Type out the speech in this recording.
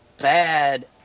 bad